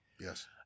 yes